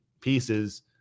pieces